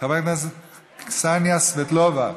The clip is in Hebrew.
חברת הכנסת קסניה סבטלובה,